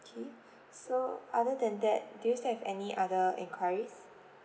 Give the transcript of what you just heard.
okay so other than that do you still have any other enquiries